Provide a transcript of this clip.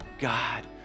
God